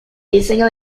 diseño